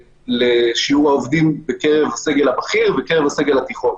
לשיעור העובדים בקרב הסגל הבכיר ובקרב הסגל התיכון,